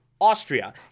Austria